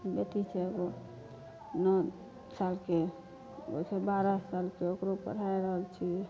बेटी छै एगो नओ सालके एगो छै बारह सालके ओकरो पढ़ाय रहल छियै